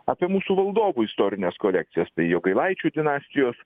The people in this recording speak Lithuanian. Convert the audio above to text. apie mūsų valdovų istorines kolekcijas tai jogailaičių dinastijos